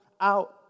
out